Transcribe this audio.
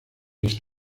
nicht